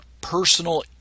personal